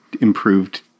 improved